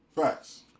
Facts